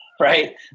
Right